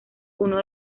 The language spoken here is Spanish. uno